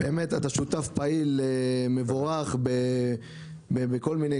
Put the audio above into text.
באמת אתה שותף פעיל ומבורך בכל מיני